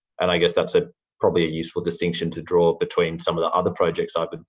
and i guess that's ah probably a useful distinction to draw between some of the other projects i've and